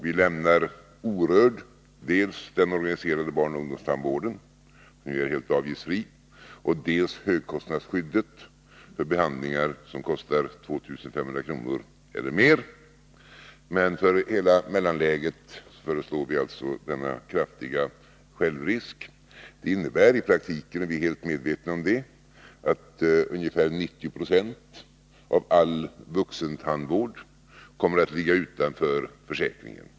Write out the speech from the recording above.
Vi lämnar orörd dels den organiserade barnoch ungdomstandvården, som nu är helt avgiftsfri, dels högkostnadsskyddet för behandlingar som kostar 2 500 kr. eller mera. Men för hela mellanläget föreslår vi alltså denna kraftiga självrisk. Det innebär i praktiken — vi är helt medvetna om det — att ungefär 90 96 av all tandvård kommer att ligga utanför försäkringen.